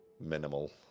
minimal